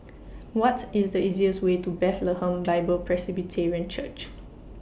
What IS The easiest Way to Bethlehem Bible Presbyterian Church